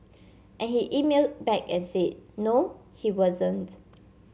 and he emailed back and said no he wasn't